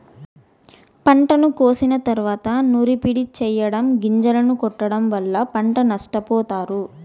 పంటను కోసిన తరువాత నూర్పిడి చెయ్యటం, గొంజలను కొట్టడం వల్ల పంట నష్టపోతారు